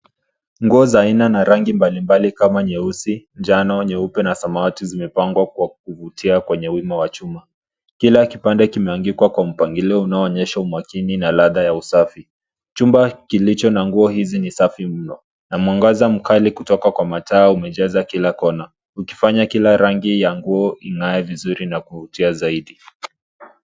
Nguo za aina na rangi mbalimbali kama nyeusi, njano, nyeupe na samawati, zimepangwa kwa kuvutia kwenye wima wa chuma. Kila kipande kimeangikwa kwa mpangilio unaonyesha umakini na ladha ya usafi. Chumba kilicho na nguo izi ni safi mno. Na mwangaza mkali kutoka kwa mataa unaangaza kila kona ukifanya kila rangi kung'aa na kuvutia zaidi.